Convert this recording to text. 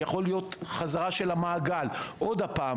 יכול להיות חזקה של המעגל עוד פעם